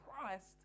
Christ